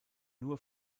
nur